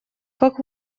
как